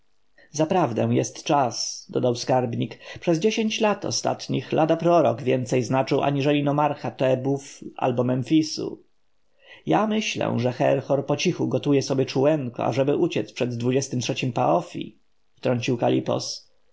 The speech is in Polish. zaprawdę jest czas dodał skarbnik przez dziesięć lat ostatnich lada prorok więcej znaczył aniżeli nomarcha tebów albo memfisu ja myślę że herhor pocichu gotuje sobie czółenko ażeby uciec przed dwudziesty trzecim parowy wtrącił